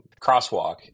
Crosswalk